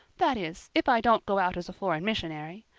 that is, if i don't go out as a foreign missionary.